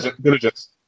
diligence